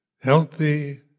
healthy